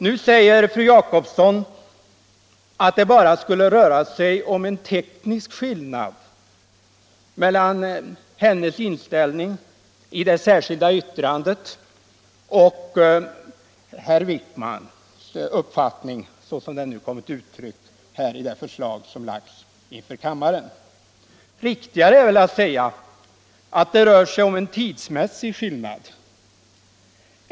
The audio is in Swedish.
Nu säger fru Jacobsson att det bara rör sig om en teknisk skillnad mellan hennes inställning i det särskilda yttrandet och herr Wijikmans uppfattning såsom den kommit till uttryck i det förslag som lagts inför kammaren. Riktigare är väl att säga att det rör sig om en tidsmässig skillnad.